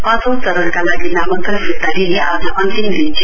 पाँचौ चरणका लागि नामाङ्कन फिर्ता लिने आज अन्तिम दिन थियो